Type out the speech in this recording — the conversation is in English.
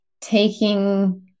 taking